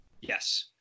Yes